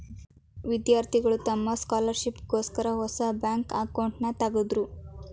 ವಿದ್ಯಾರ್ಥಿಗಳು ತಮ್ಮ ಸ್ಕಾಲರ್ಶಿಪ್ ಗೋಸ್ಕರ ಹೊಸ ಬ್ಯಾಂಕ್ ಅಕೌಂಟ್ನನ ತಗದ್ರು